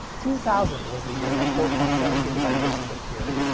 two thousand was the year that four point seven gigabyte discs appeared,